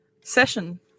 session